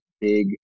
big